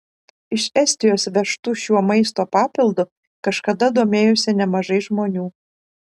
iš estijos vežtu šiuo maisto papildu kažkada domėjosi nemažai žmonių